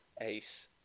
ace